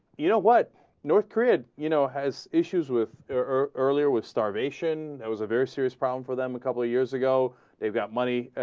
you know what northridge you know has issues with ever earlier with starvation there was a very serious problem for them a couple years ago they've got money ah.